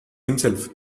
himself